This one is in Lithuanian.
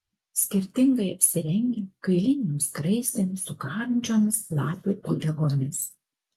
skirtingai apsirengę kailinėm skraistėm su karančiomis lapių uodegomis